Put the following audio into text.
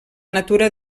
natura